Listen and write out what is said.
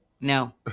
no